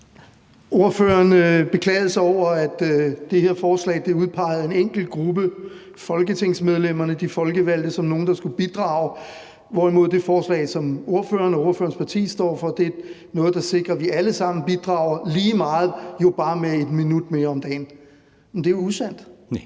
Ordføreren beklagede sig over, at det her forslag udpegede en enkelt gruppe, nemlig folketingsmedlemmerne, altså de folkevalgte, som nogle, der skulle bidrage, hvorimod det forslag, som ordføreren og ordførerens parti står for, er noget, der sikrer, at vi alle sammen bidrager lige meget, men bare med et minut mere om dagen. Det er usandt, det